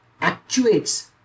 actuates